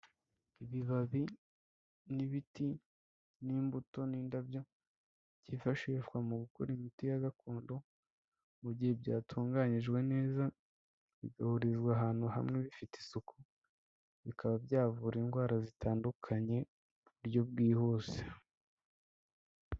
Ibibabi n'ibiti n'imbuto n'indabyo byifashishwa mu gukora imiti ya gakondo mu gihe byatunganyijwe neza bigahurizwa ahantu hamwe bifite isuku, bikaba byavura indwara zitandukanye buryo bwihuse.